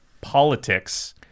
politics